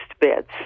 beds